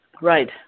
Right